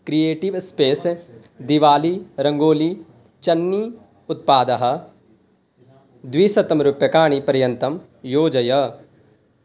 creative a space Diwali rangoli चन्नी उत्पादः द्विशतं रूप्यकाणि पर्यन्तं योजय